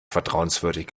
vertrauenswürdig